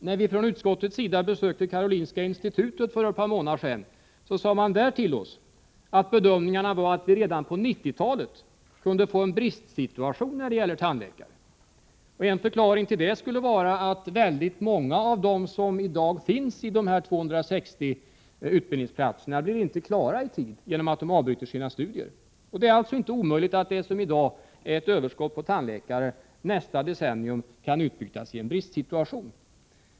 När utskottet besökte Karolinska institutet för ett par månader sedan sade man till oss att bedömningarna var att vi redan på 1990-talet kunde få en bristsituation när det gäller tandläkare. En förklaring till det skulle vara att väldigt många av dem som i dag finns på de 260 utbildningsplatserna inte blir klara i tid på grund av att de avbryter sina studier. Det är alltså inte omöjligt att det som i dag är ett överskott på tandläkare nästa decennium kan bytas i en bristsituation.